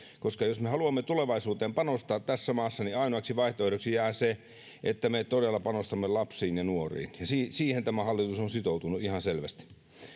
koska jos me haluamme tulevaisuuteen panostaa tässä maassa niin ainoaksi vaihtoehdoksi jää se että me todella panostamme lapsiin ja nuoriin ja siihen tämä hallitus on sitoutunut ihan selvästi